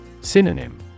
Synonym